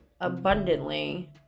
abundantly